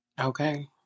Okay